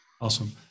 Awesome